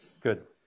Good